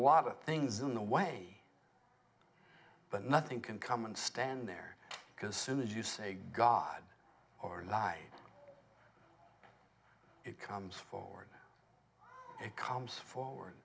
lot of things in the way but nothing can come and stand there because soon as you say god or lie it comes forward it comes forward